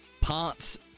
Parts